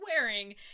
wearing